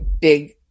big